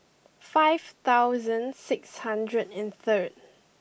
five thousand six hundred and third